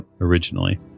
originally